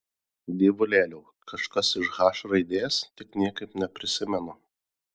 dievulėliau kažkas iš h raidės tik niekaip neprisimenu